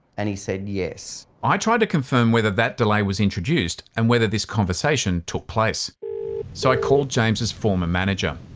and he said, yes. i tried to confirm whether that delay was introduced and whether this conversation took place so i called james's former manager.